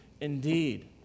indeed